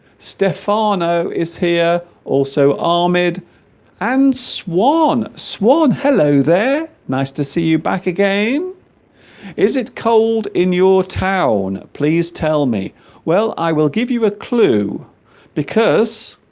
stefano is here also our mid and swan swan hello there nice to see you back again is it cold in your town please tell me well i will give you a clue because